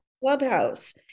clubhouse